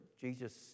Jesus